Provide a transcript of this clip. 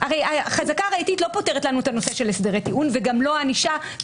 הרי החזקה הראייתית לא פותרת לנו את הנושא של הסדרי טיעון וגם לא ענישה.